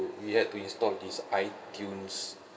we had to install this itunes